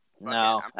No